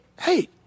hey